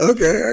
Okay